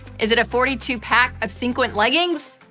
is it a forty two pack of sequin leggings?